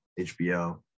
HBO